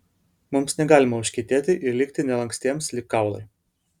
mums negalima užkietėti ir likti nelankstiems lyg kaulai